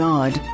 God